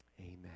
Amen